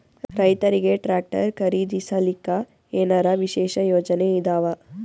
ರೈತರಿಗೆ ಟ್ರಾಕ್ಟರ್ ಖರೀದಿಸಲಿಕ್ಕ ಏನರ ವಿಶೇಷ ಯೋಜನೆ ಇದಾವ?